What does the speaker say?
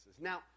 Now